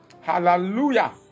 Hallelujah